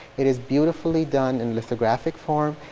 it is beautifully done in lithographic form.